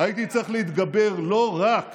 הייתי צריך להתגבר לא רק